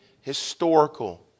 historical